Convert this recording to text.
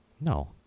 No